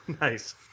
Nice